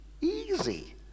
Easy